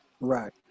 Right